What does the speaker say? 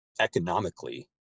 economically